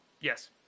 yes